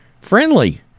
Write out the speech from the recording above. friendly